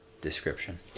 description